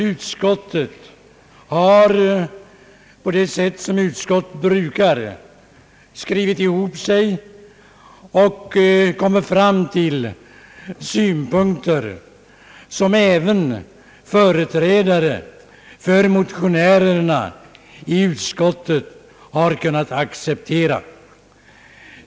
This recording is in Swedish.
Utskottet har på det sätt som utskott brukar skrivit ihop sig och kommit fram till synpunkter, som även företrädare för motionärerna i utskottet har kunnat godkänna.